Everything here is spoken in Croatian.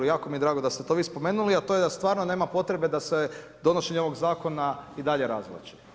Jako mi je drago da ste to vi spomenuli a to je da stvarno nema potrebe da se donošenje ovog zakona i dalje razvlači.